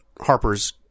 Harper's